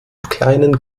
kleinen